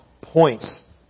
points